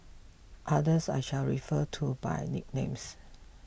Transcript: others I shall refer to by nicknames